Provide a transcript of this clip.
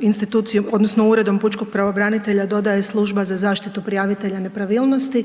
institucijom odnosno uredom pučkog pravobranitelja dodaje služba za zaštitu prijavitelja nepravilnosti